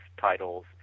titles